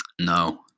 no